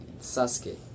Sasuke